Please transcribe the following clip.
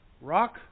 rock